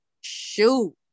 shoot